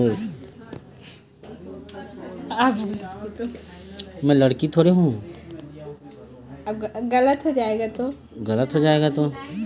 ओस्मानाबादी नसल के छेरी ह जादातर जुड़वा लइका जनमाथे